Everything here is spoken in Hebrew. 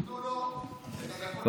תנו לו את הדקות שלו.